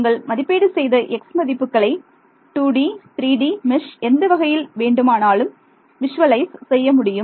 நீங்கள் மதிப்பீடு செய்த x மதிப்புகளை 2D 3D மெஷ் எந்த வகையில் வேண்டுமானாலும் விஷுவலைஸ் செய்ய முடியும்